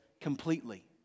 completely